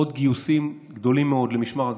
עוד גיוסים גדולים מאוד למשמר הגבול,